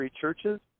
churches